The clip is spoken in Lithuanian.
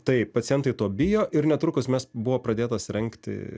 taip pacientai to bijo ir netrukus mes buvo pradėtas rengti